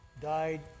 died